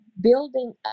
building